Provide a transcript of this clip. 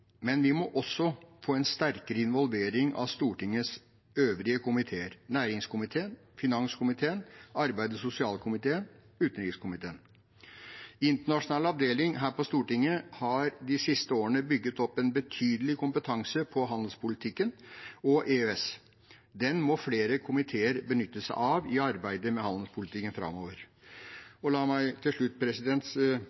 men vi må også få sterkere involvering av Stortingets øvrige komiteer – næringskomiteen, finanskomiteen, arbeids- og sosialkomiteen og utenrikskomiteen. Internasjonal avdeling her på Stortinget har de siste årene bygget opp en betydelig kompetanse på handelspolitikken og EØS. Den må flere komiteer benytte seg av i arbeidet med handelspolitikken framover.